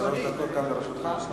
שלוש דקות גם לרשותך.